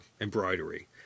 embroidery